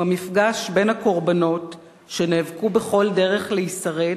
הוא המפגש בין הקורבנות שנאבקו בכל דרך להישרד,